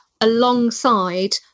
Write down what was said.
alongside